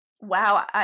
Wow